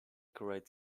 great